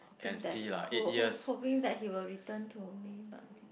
think that hope~ hoping that he will return to me but he didn't